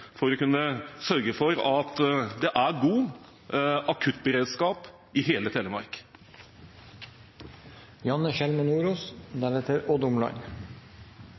for å kunne sørge for at det er god akuttberedskap i hele